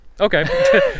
Okay